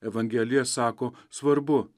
evangelija sako svarbu